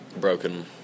Broken